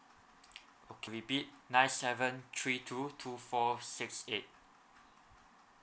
okay repeat nine seven three two two four six eight